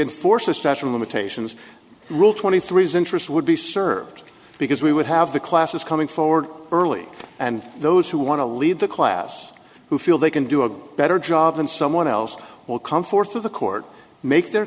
enforce the structural imitation rule twenty three's interest would be served because we would have the classes coming forward early and those who want to leave the class who feel they can do a better job than someone else will come forth of the court make their